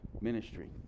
ministry